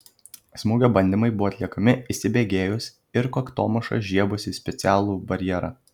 smūgio bandymai buvo atliekami įsibėgėjus ir kaktomuša žiebus į specialų barjerą